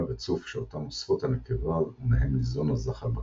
וצוף שאותם אוספת הנקבה ומהם ניזון הזחל בקן.